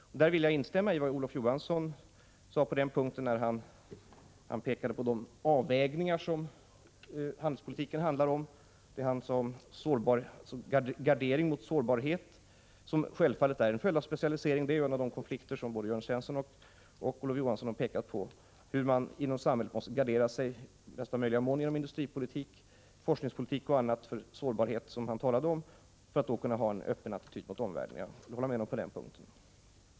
Där vill jag instämma i vad Olof Johanssson sade när han pekade på de avvägningar som handelspolitiken handlar om och den gardering mot sårbarhet som självfallet är en följd av specialisering. En av de konflikter som både Jörn Svensson och Olof Johansson har pekat på är hur samhället i största möjliga mån måste gardera sig inom industripolitik, forskningspolitik och annat för att kunna ha en öppen attityd mot omvärlden. Jag håller med dem på den punkten.